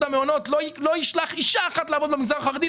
המעונות לא ישלח אישה אחת לעבוד במגזר החרדי,